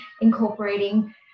incorporating